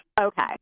okay